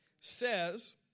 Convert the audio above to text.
says